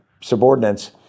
subordinates